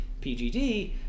PGD